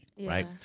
right